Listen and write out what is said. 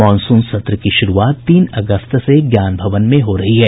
monsoon सत्र की शुरूआत तीन अगस्त से ज्ञान भवन में हो रही है